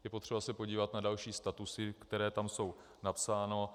Je potřeba se podívat na další statusy, které tam jsou napsány.